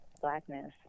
blackness